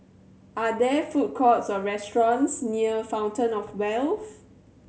are there food courts or restaurants near Fountain Of Wealth